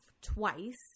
twice